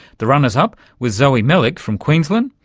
the runners-up were zoe mellick from queensland,